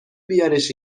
بیارش